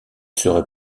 serait